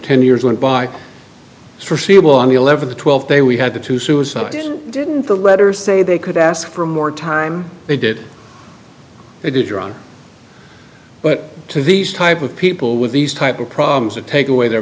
ten years went by forseeable on the eleventh twelfth day we had the two suicide didn't the letters say they could ask for more time they did it is your honor but to these type of people with these type of problems to take away their